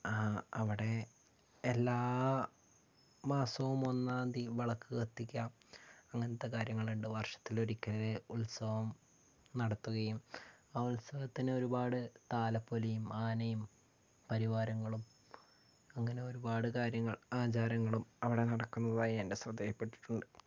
അവിടെ എല്ലാ മാസവും ഒന്നാം തിയതി വിളക്ക് കത്തിക്കുക അങ്ങനത്തെ കാര്യങ്ങളുണ്ട് വർഷത്തിൽ ഒരിക്കല് ഉത്സവം നടത്തുകയും ആ ഉത്സവത്തിന് ഒരുപാട് താലപ്പൊലിയും ആനയും പരിവാരങ്ങളും അങ്ങനെ ഒരുപാട് കാര്യങ്ങൾ ആചാരങ്ങളും അവിടെ നടക്കുന്നതായി എൻ്റെ ശ്രദ്ധയിൽ പെട്ടിട്ടുണ്ട്